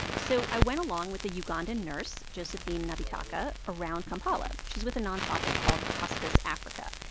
so i went along with a ugandan nurse, josephine nabitaka, around kampala. she's with a nonprofit called hospice africa.